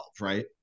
right